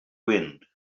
wind